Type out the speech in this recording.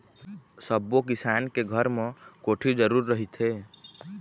सब्बो किसान के घर म कोठी जरूर रहिथे